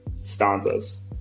stanzas